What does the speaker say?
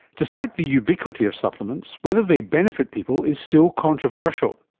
despite the ubiquity of supplements, whether they benefit people is still controversial.